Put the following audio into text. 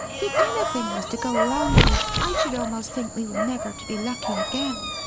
if anything was to go wrong with it, i should almost think we were never to be lucky again.